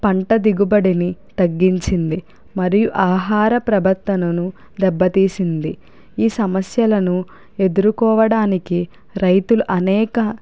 పంట దిగుబడిని తగ్గించింది మరియు ఆహార ప్రవర్తనను దెబ్బతీసింది ఈ సమస్యలను ఎదుర్కోవడానికి రైతులు అనేక